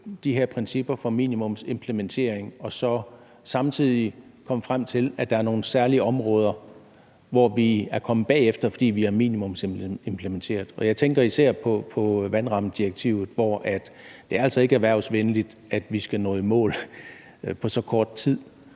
de her principper for minimumsimplementering og så samtidig kom frem til, at der er nogle særlige områder, hvor vi er kommet bagefter, fordi vi har minimumsimplementeret. Jeg tænker især på vandrammedirektivet. Det er altså ikke erhvervsvenligt, at vi skal nå i mål på så kort tid,